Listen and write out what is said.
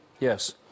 Yes